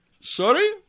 Sorry